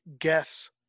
guess